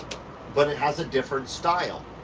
but it has a different style.